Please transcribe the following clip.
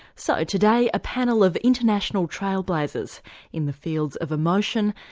so today a panel of international trail-blazers in the fields of emotion,